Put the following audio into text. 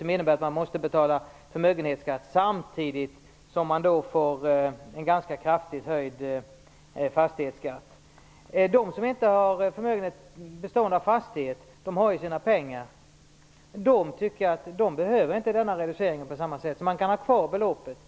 som innebär att man måste betala förmögenhetsskatt samtidigt som man får en ganska kraftigt höjd fastighetsskatt. De som har en förmögenhet som inte består av en fastighet har ju sina pengar. Jag tycker inte att de behöver den här reduceringen på samma sätt. Därför kan man ha kvar beloppet.